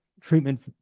treatment